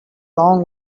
long